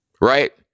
Right